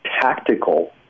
tactical